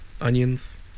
onions